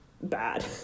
bad